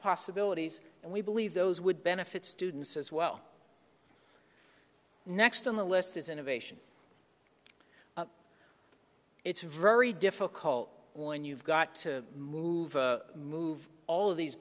possibilities and we believe those would benefit students as well next on the list is innovation it's very difficult when you've got to move move all of these